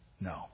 No